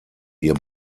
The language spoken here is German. ihr